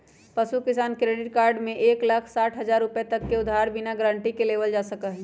पशु किसान credit card में एक लाख साठ हजार रुपए तक के उधार बिना गारंटी के लेबल जा सका हई